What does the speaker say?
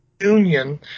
Union